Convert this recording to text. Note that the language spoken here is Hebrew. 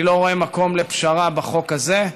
אני לא רואה מקום לפשרה בחוק הזה,